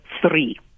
three